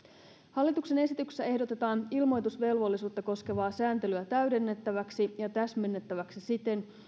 hallituksen esityksessä ehdotetaan ilmoitusvelvollisuutta koskevaa sääntelyä täydennettäväksi ja täsmennettäväksi siten